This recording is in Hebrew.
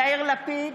יאיר לפיד,